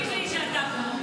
תאמין לי, מספיק לי שאתה פה.